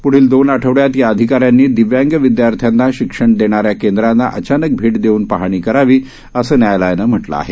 प्ढील दोन आठवड्यांत या अधिकाऱ्यांनी दिव्यांग विद्यार्थ्यांना शिक्षण देणाऱ्या केंद्रांना अचानक भेट देऊन पाहणी करावी असं न्यायालयानं म्हटलं आहे